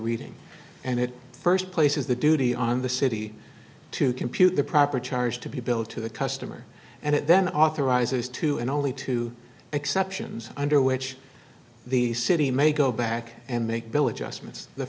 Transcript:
reading and it first places the duty on the city to compute the proper charge to be billed to the customer and it then authorizes two and only two exceptions under which the city may go back and make bill adjustments the